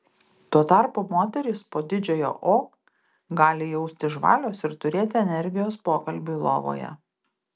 tuo tarpu moterys po didžiojo o gali jaustis žvalios ir turėti energijos pokalbiui lovoje